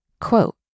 quote